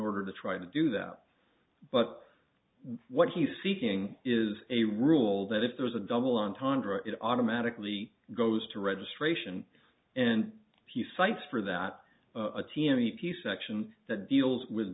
order to try to do that but what he's seeking is a rule that if there is a double entendre it automatically goes to registration and he cites for that a t f t p section that deals with